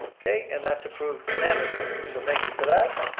okay, and that's approved unanimously. so thank you for that.